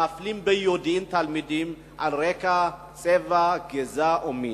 שמפלים ביודעין תלמידים על רקע צבע, גזע או מין?